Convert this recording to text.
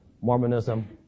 Mormonism